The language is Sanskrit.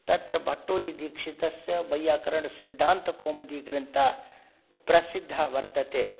तत्र भट्टोजिदिक्षीतस्य वैयाकरणसिद्धान्तकौमुदीग्रन्थः प्रसिद्धः वर्तते